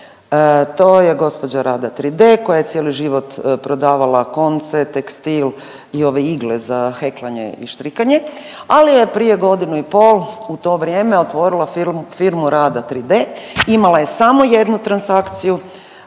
To je gospođa Rada 3D koja je cijeli život prodavala konce, tekstil i ove igle za heklanje i štrikanje, ali je prije godinu i pol otvorila firmu Rada 3D, imala je samo jednu transakciju